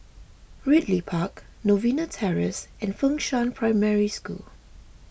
Ridley Park Novena Terrace and Fengshan Primary School